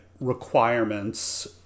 requirements